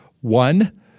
One